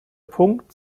punkt